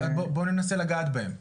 בוא ננסה לגעת בהם.